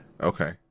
Okay